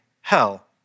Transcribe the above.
hell